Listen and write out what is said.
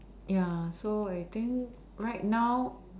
ya so I think right now